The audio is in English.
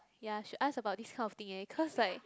ya should ask about this kind of thing eh because like